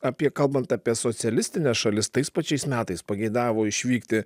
apie kalbant apie socialistines šalis tais pačiais metais pageidavo išvykti